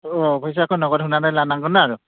अ फैसाख' नगद हनानै लानांगोन आरो